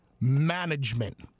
management